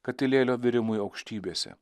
katilėlio virimui aukštybėse